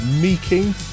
meeking